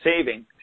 saving